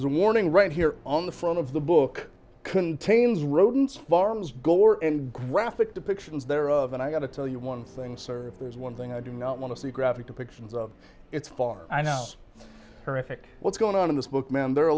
warning right here on the front of the book contains rodents barmes gore and graphic depictions thereof and i gotta tell you one thing sir there's one thing i do not want to see graphic depictions of it's far i know her effect what's going on in this book man there are a